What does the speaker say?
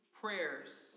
prayers